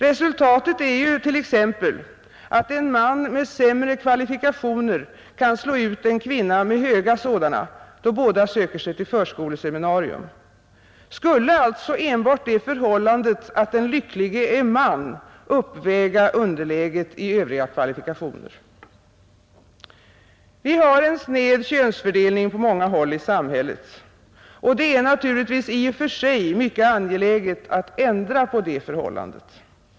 Resultatet är ju t.ex. att en man med sämre kvalifikationer kan slå ut en kvinna med höga sådana, då båda söker sig till förskoleseminarium. Skulle alltså enbart det förhållandet att den lycklige är man uppväga underläget i övriga kvalifikationer? Vi har en sned könsfördelning på många håll i samhället, och det är naturligtvis i och för sig mycket angeläget att ändra på det förhållandet.